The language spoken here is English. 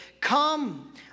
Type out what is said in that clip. Come